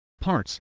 parts